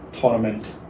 tournament